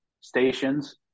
stations